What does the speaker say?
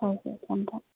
ꯍꯣꯏ ꯍꯣꯏ ꯊꯝꯃꯦ ꯊꯝꯃꯦ